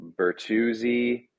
Bertuzzi